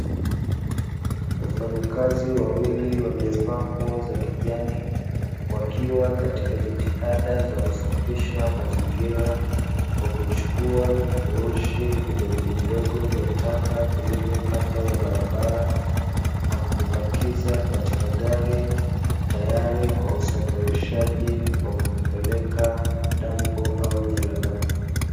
Wafanyakazi wawili waliovaa nguo za kijani, wakiwa katika jitihada za kusafisha mazingira kwa kuchukua vifurushi vidogovidogo vya taka vilivyo kando ya barabara,y na kuvipakiza katika gari tayari kwa usafirishaji wa kuvipeleka dampo au jalalani.